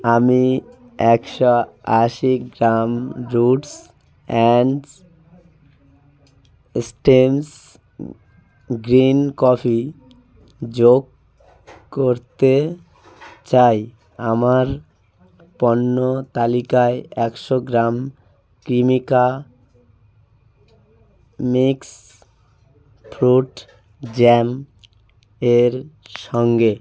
আমি একশো আশি gram roots and stems green coffee যোগ করতে চাই আমার পণ্য তালিকায় একশো gram Cremica mix fruit jam এর সঙ্গে